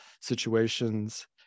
situations